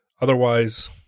Otherwise